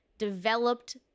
developed